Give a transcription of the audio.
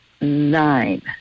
nine